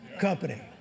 Company